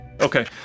Okay